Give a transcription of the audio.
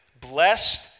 blessed